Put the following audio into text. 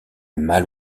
mal